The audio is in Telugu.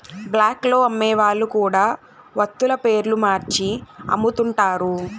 బ్లాక్ లో అమ్మే వాళ్ళు కూడా వత్తుల పేర్లు మార్చి అమ్ముతుంటారు